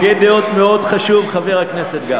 הוא הוגה דעות מאוד חשוב, חבר הכנסת גפני.